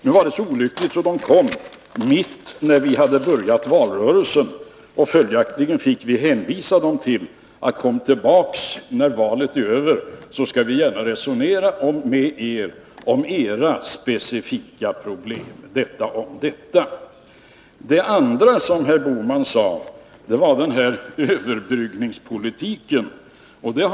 Nu var det så olyckligt att de kom just när vi hade börjat valrörelsen, och följaktligen fick vi hänvisa dem till att komma igen: Kom tillbaka när valet är över, så skall vi gärna resonera med er om era specifika problem. Detta om detta. Det andra som herr Bohman talade om var överbryggningspolitiken.